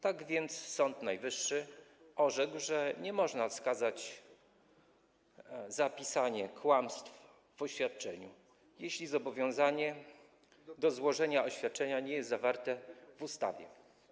Tak więc Sąd Najwyższy orzekł, że nie można skazać za pisanie kłamstw w oświadczeniu, jeśli zobowiązanie do złożenia oświadczenia nie jest zawarte w ustawie.